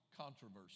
controversy